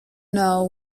know